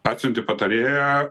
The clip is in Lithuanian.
atsiuntė patarėją